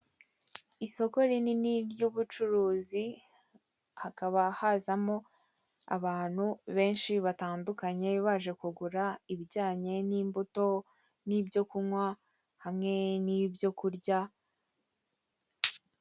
Isoko rinini ry'ubucuruzi hakaba hazamo abantu benshi batandukanye baje kugura ibijyanye n'imbuto n'ibyo kunywa hamwe n'ibyo kurya.